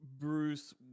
Bruce